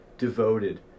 devoted